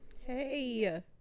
Hey